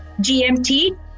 GMT